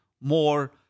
more